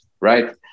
right